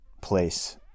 place